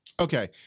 Okay